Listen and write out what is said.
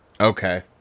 Okay